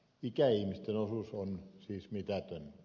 ikäihmisten osuus on siis mitätön